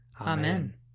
Amen